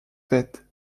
faite